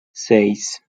seis